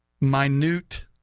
minute